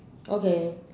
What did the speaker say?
okay